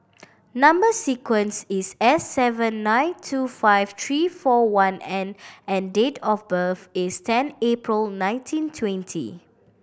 number sequence is S seven nine two five three four one N and date of birth is ten April nineteen twenty